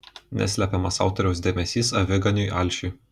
neslepiamas autoriaus dėmesys aviganiui alšiui